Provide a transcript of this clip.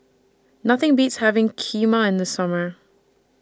Nothing Beats having Kheema in The Summer